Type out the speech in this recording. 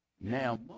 Now